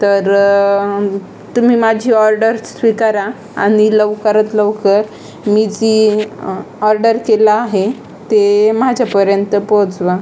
तर तुम्ही माझी ऑर्डर स्वीकारा आणि लवकरात लवकर मी जी ऑर्डर केला आहे ते माझ्यापर्यंत पोचवा